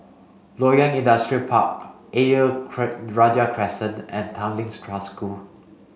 Loyang Industrial Park Ayer Rajah Crescent and Tanglin Trust School